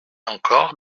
encore